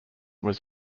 was